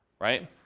right